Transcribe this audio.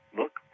look